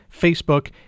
Facebook